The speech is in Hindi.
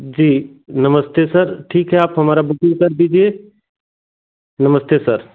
जी नमस्ते सर ठीक है आप हमारी बुकिंग कर दीजिए नमस्ते सर